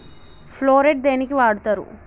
Phorate దేనికి వాడుతరు?